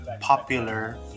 popular